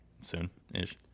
soon-ish